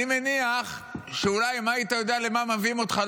אני מניח שאולי אם היית יודע למה מביאים אותך,